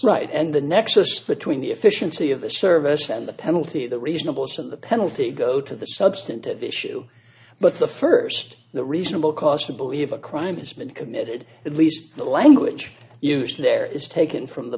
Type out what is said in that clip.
right and the nexus between the efficiency of the service and the penalty the reasonable so the penalty go to the substantive issue but the first the reasonable cause to believe a crime has been committed at least the language used there is taken from the